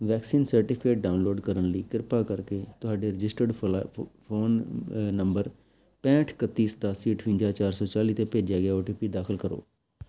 vaccine certificate download ਕਰਨ ਲਈ ਕਿਰਪਾ ਕਰਕੇ ਤੁਹਾਡੇ ਰਜਿਸਟਰਡ ਫੋਲਾ ਫੋ ਫ਼ੋਨ ਨੰਬਰ ਪੈਂਹਠ ਇਕੱਤੀ ਸਤਾਸੀ ਅੱਠਵੰਜਾ ਚਾਰ ਸੌ ਚਾਲੀ 'ਤੇ ਭੇਜਿਆ ਗਿਆ ਓ ਟੀ ਪੀ ਦਾਖਲ ਕਰੋ